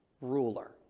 ruler